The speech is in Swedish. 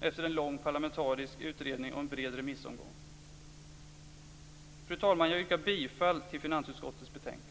efter en lång parlamentarisk utredning och en bred remissomgång? Fru talman! Jag yrkar bifall till hemställan i finansutskottets betänkande.